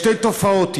שתי תופעות יש,